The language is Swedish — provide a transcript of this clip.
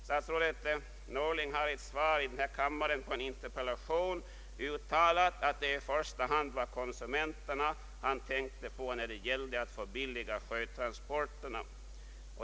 Statsrådet Norling har i ett svar i denna kammare på en interpellation uttalat att det i första hand var konsumenterna han tänkte på när det gällde att förbilliga sjötransporterna.